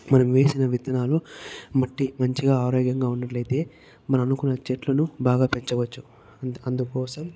మనం వేసిన విత్తనాలు మట్టి మంచిగా ఆరోగ్యంగా ఉన్నట్లయితే మనం అనుకున్న చెట్లను బాగా పెంచవచ్చు అందు అందుకోసం